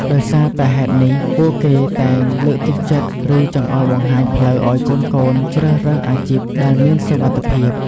ដោយសារតែហេតុនេះ ពួកគេតែងលើកទឹកចិត្ត ឬចង្អុលបង្ហាញផ្លូវឲ្យកូនៗជ្រើសរើសអាជីពដែលមានសុវត្ថិភាព។